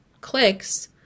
clicks